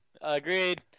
Agreed